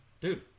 Dude